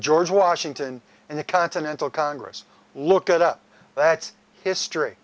george washington and the continental congress look at that history